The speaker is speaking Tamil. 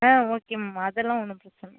ஆ ஓகே மேம் அதெல்லாம் ஒன்றும் பிரச்சனை இல்லை